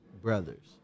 brothers